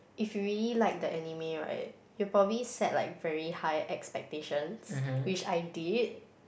if you really like the anime right you'll probably set like very high expectations which I did